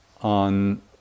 on